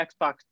Xbox